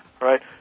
right